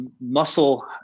muscle